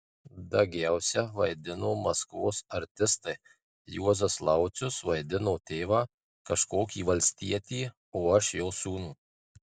dagiausia vaidino maskvos artistai juozas laucius vaidino tėvą kažkokį valstietį o aš jo sūnų